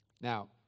Now